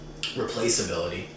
replaceability